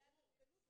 זה אומר הרבה.